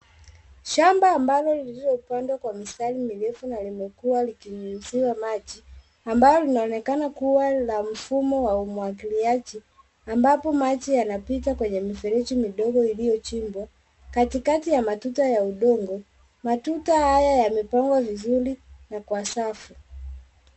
Shamba ambalo lililopandwa kwa mistari mirefu na limekuwa likinyunyiziwa maji ambalo linaonekana kuwa la mfumo wa umwagiliaji ambapo maji yanapita kwenye mifereji midogo iliyochimbwa. Katikati ya matuta ya udongo matuta haya yamepangwa vizuri na kwa safu.